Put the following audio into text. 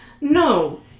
No